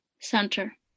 center